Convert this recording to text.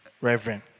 reverend